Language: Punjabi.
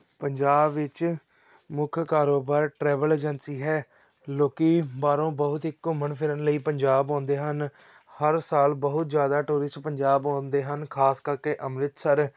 ਪੰਜਾਬ ਵਿੱਚ ਮੁੱਖ ਕਾਰੋਬਾਰ ਟਰੈਵਲ ਏਜੰਸੀ ਹੈ ਲੋਕ ਬਾਹਰੋਂ ਬਹੁਤ ਹੀ ਘੁੰਮਣ ਫਿਰਨ ਲਈ ਪੰਜਾਬ ਆਉਂਦੇ ਹਨ ਹਰ ਸਾਲ ਬਹੁਤ ਜ਼ਿਆਦਾ ਟੂਰਿਸਟ ਪੰਜਾਬ ਆਉਂਦੇ ਹਨ ਖਾਸ ਕਰਕੇ ਅੰਮ੍ਰਿਤਸਰ